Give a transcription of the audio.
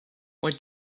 why